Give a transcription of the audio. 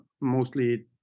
mostly